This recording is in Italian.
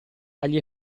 agli